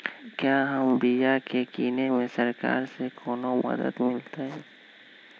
क्या हम बिया की किने में सरकार से कोनो मदद मिलतई?